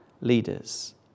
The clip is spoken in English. leaders